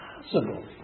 possible